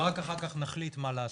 ורק אחר כך נחליט מה לעשות.